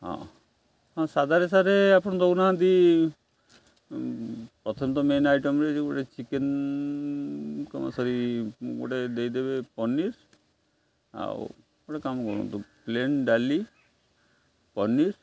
ହଁ ହଁ ସାଧାରେ ସାର୍ ଆପଣ ଦଉନାହାନ୍ତି ପ୍ରଥମତଃ ମେନ୍ ଆଇଟମ୍ରେ ଯେଉଁ ଗୋଟେ ଚିକେନ୍ କ'ଣ ସରି ଗୋଟେ ଦେଇଦେବେ ପନିର୍ ଆଉ ଗୋଟେ କାମ କରନ୍ତୁ ପ୍ଲେନ ଡାଲି ପନିର୍